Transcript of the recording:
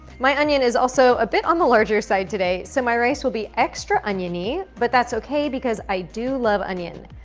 my onion is also a bit on the larger side today, so my rice will be extra oniony, but that's okay because i do love onion.